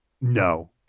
No